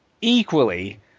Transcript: equally